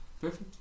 Perfect